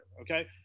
okay